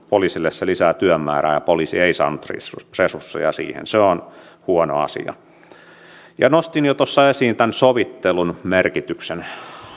poliisille se lisää työmäärää ja poliisi ei saanut resursseja siihen se on huono asia nostin jo tuossa esiin tämän sovittelun merkityksen